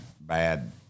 bad